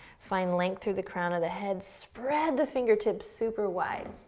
find length through the crown of the head, spread the fingertips super wide.